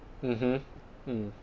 mmhmm mm